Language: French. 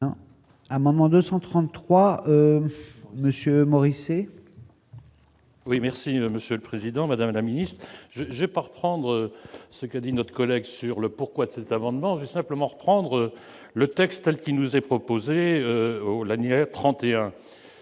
amendement 233 Monsieur Morisset. Oui, merci Monsieur le Président, Madame la Ministre je j'ai pas reprendre ce qu'a dit notre collègue sur le pourquoi de cette amendement veut simplement reprendre le texte, elle qui nous est proposé aux lanières 31,